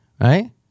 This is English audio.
right